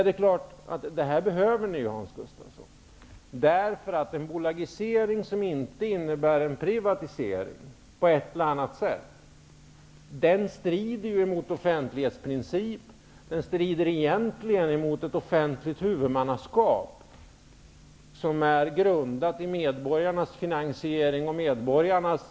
Det är klart att detta är vad som behövs. En bolagisering som inte innebär en privatisering på ett eller annat sätt strider ju mot offentlighetsprincipen och egentligen också mot det offentliga huvudmannaskap som är grundat på medborgarnas krav på finansiering och på verksamheten.